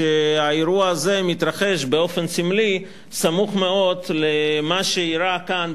שהאירוע הזה מתרחש באופן סמלי סמוך מאוד למה שאירע כאן,